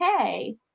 Okay